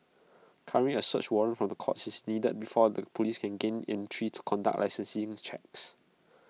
currently A search warrant from the courts is needed before out the Police can gain entry to conduct licensing checks